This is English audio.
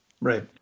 Right